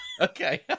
Okay